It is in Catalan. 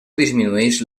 disminueix